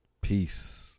Peace